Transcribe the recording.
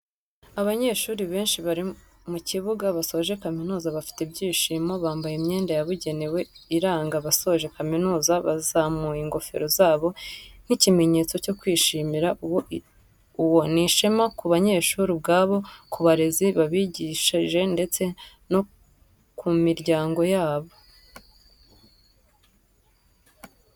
Abanyeshuri benshi bari mu kibuga basoje kamizuza bafite ibyishimo, bambaye imyenda yabugenewe iranga abasoje kaminuza bazamuye ingofero zabo nk'ikimenyetso cyo kwishimira uwo, ni ishema ku banyeshuri ubwabo, ku barezi babigishije ndetse no ku miryango yabo.